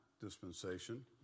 dispensation